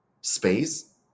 space